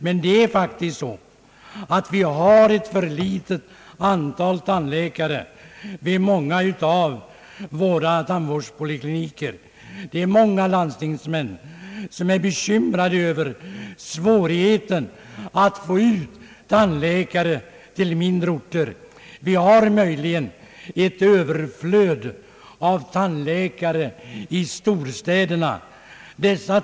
Det faktiska förhållandet är att vi har för få tandläkare vid många av våra tandvårdspolikliniker. Många <landstingsmän är bekymrade över svårigheten att få tandläkare till mindre orter. Möjligen finns det ett överflöd av tandläkare i storstäderna.